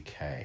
UK